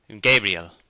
Gabriel